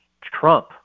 Trump